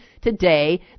today